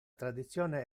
tradizione